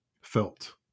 Felt